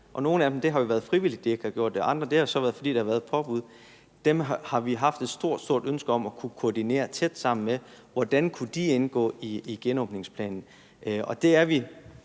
har det jo været frivilligt, at de ikke har gjort det, og for andres vedkommende har det været, fordi der har været et påbud – har vi haft et stort, stort ønske om, at vi kunne koordinere tæt sammen med dem, hvordan de kunne indgå i genåbningsplanen.